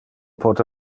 pote